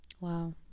wow